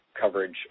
coverage